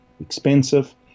expensive